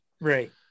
right